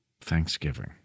Thanksgiving